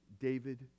David